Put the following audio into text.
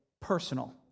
personal